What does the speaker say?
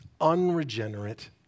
unregenerate